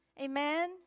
Amen